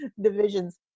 divisions